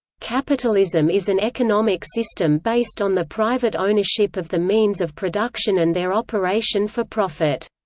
capitalism is an economic system based on the private ownership of the means of production and their operation for profit.